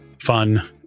fun